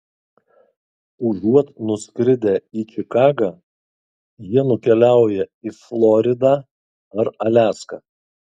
užuot nuskridę į čikagą jie nukeliauja į floridą ar aliaską